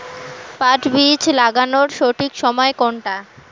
পাট বীজ লাগানোর সঠিক সময় কোনটা?